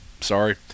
sorry